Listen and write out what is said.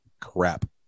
Crap